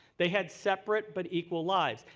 they had separate but equal lives.